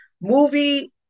movie